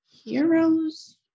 Heroes